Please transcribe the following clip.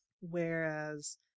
Whereas